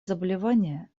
заболевания